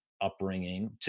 upbringing